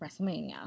WrestleMania